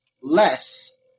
less